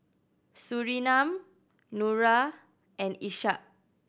Surinam Nura and Ishak